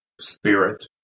spirit